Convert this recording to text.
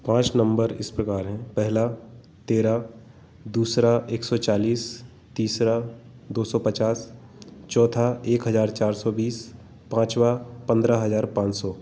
पाँच नम्बर इस प्रकार हैं पहला तेरह दूसरा एक सौ चालीस तीसरा दो सौ पचास चौथा एक हज़ार चार सौ बीस पाँचवा पंद्रह हज़ार पाँच सौ